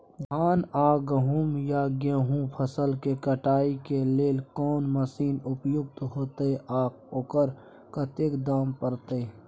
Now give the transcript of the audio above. धान आ गहूम या गेहूं फसल के कटाई के लेल कोन मसीन उपयुक्त होतै आ ओकर कतेक दाम परतै?